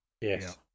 Yes